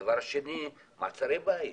הדבר השני הוא מעצרי בית.